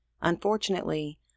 Unfortunately